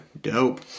dope